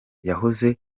yahoze